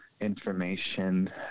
information